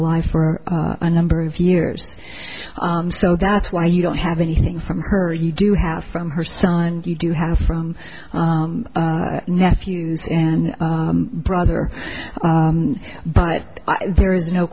alive for a number of years so that's why you don't have anything from her you do have from her son you do have from nephews and brother but there is no